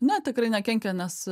ne tikrai nekenkia nes